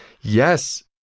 Yes